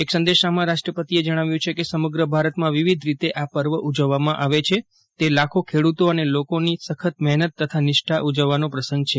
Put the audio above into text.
એક સંદેશામાં રાષ્ટ્રતિએ જણાવ્યું છે કે સમગ્ર ભારતમાં વિવિધ રીતે આ પર્વ ઉજવવામાં આવે છે તે લાખો ખેડૂતો અને લોકોની સખત મહેનત અને નિષ્ઠા ઉજવવાનો પ્રસંગ છે